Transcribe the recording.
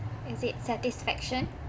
is it satisfaction